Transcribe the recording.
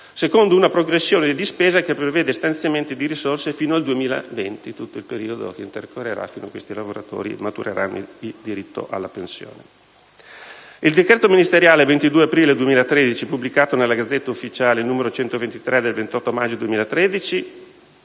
secondo una progressione di spesa che prevede stanziamenti di risorse fino al 2020 (tutto il periodo che intercorrerà fino a che questi lavoratori matureranno il diritto alla pensione). Il decreto ministeriale 22 aprile 2013, pubblicato nella *Gazzetta Ufficiale* n. 123 del 28 maggio 2013,